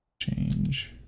Change